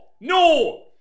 No